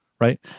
Right